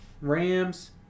Rams